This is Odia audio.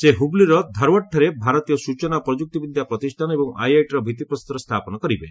ସେ ହ୍ରବ୍ଲିର ଧାର୍ୱାଡ଼ଠାରେ ଭାରତୀୟ ସୂଚନା ଓ ପ୍ରଯୁକ୍ତିବିଦ୍ୟା ପ୍ରତିଷ୍ଠାନ ଏବଂ ଆଇଆଇଟିର ଭିତ୍ତିପ୍ରସ୍ତର ସ୍ଥାପନ କରିବେ